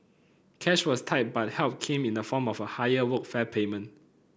cash was tight but help came in the form of a higher Workfare payment